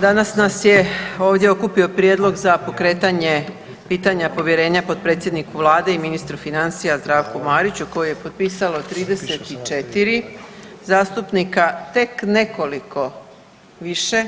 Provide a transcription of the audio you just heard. Danas nas je ovdje okupio Prijedlog za pokretanje pitanja povjerenja potpredsjedniku Vlade i ministru financija Zdravku Mariću koji je potpisalo 34 zastupnika, tek nekoliko više